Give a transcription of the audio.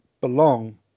belong